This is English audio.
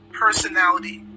personality